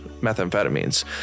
methamphetamines